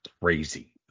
crazy